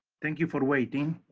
thank you for waiting